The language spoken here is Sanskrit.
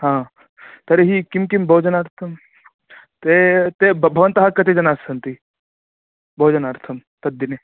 तर्हि किं किं भोजनार्तं ते ते ब भवन्तः कति जनास्सन्ति भोजनार्थं तद्दिने